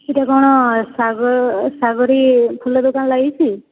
ଏହିଟା କଣ ସାଗରୀ ଫୁଲ ଦୋକାନ ଲାଗିଛି